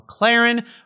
McLaren